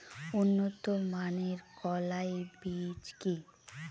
উন্নত মানের কলাই বীজ কি?